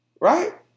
right